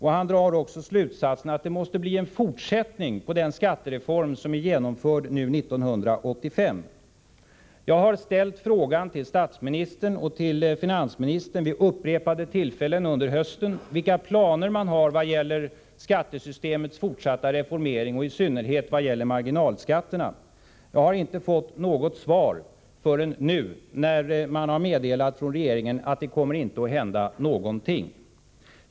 Han drar också slutsatsen att det måste bli en fortsättning på den skattereform som är genomförd 1985. Jag har ställt frågan till statsministern och till finansministern vid upprepade tillfällen under hösten, vilka planer regeringen har beträffande skattesystemets fortsatta reformering och i synnerhet vad gäller marginalskatterna. Jag har inte fått något svar, förrän nu, när man har meddelat från regeringen att det inte kommer att hända någonting.